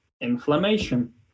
inflammation